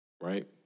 right